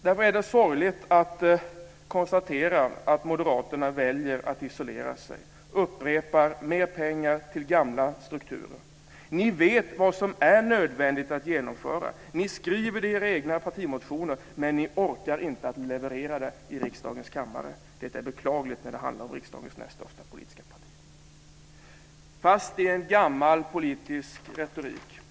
Det är sorgligt att konstatera att moderaterna väljer att isolera sig och upprepa: Mer pengar till gamla strukturer! Ni vet vad som är nödvändigt att genomföra. Ni skriver det i era egna partimotioner. Men ni orkar inte leverera det i riksdagens kammare. Detta är beklagligt när det handlar om riksdagens näst största politiska parti. De är fast i en gammal politisk retorik.